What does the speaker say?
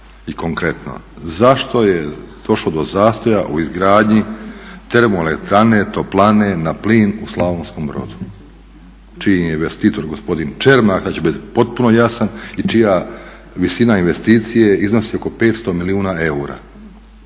i konkretno, zašto je došlo do zastoja u izgradnji termoelektrane toplane na plin u Slavonskom Brodu čiji je investitor gospodin Čermak, sada ću biti potpuno jasan i čija visina investicije iznosi oko 500 milijuna eura